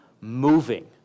moving